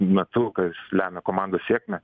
metu kas lemia komandos sėkmę